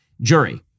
jury